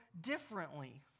differently